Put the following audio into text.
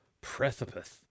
Precipice